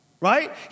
right